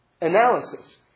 analysis